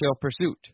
Pursuit